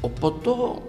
o po to